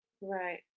Right